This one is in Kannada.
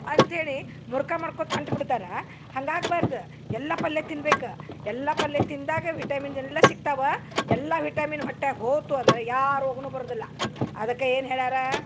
ಅಂತ್ಹೇಳಿ ಮುರ್ಕ ಮಾಡ್ಕೊತಾ ಹೊಂಟು ಬಿಡ್ತಾರಾ ಹಂಗೆ ಆಗ್ಬಾರ್ದು ಎಲ್ಲ ಪಲ್ಯ ತಿನ್ಬೇಕು ಎಲ್ಲ ಪಲ್ಯ ತಿಂದಾಗ ವಿಟಮಿನ್ಸ್ ಎಲ್ಲ ಸಿಕ್ತಾವ ಎಲ್ಲ ವಿಟಮಿನ್ ಹೊಟ್ಯಾಗ ಹೋತು ಅಂದರೆ ಯಾವ ರೋಗನು ಬರುದಿಲ್ಲ ಅದಕ್ಕೆ ಏನು ಹೇಳ್ಯಾರಾ